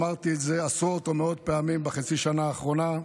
אמרתי את זה עשרות ומאות פעמים בחצי השנה האחרונה,